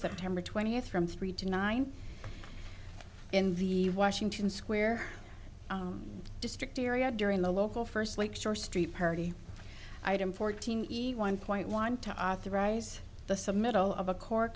september twentieth from three to nine in the washington square district area during the local first lakeshore street party item fourteen one point want to authorize the submittal of a core